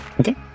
Okay